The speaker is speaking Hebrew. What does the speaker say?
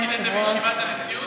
בישיבת הנשיאות,